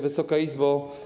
Wysoka Izbo!